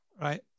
Right